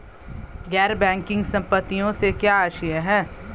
गैर बैंकिंग संपत्तियों से क्या आशय है?